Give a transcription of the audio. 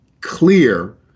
clear